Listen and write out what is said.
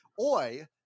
Oi